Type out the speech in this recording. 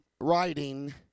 writing